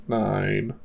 nine